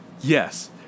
Yes